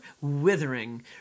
withering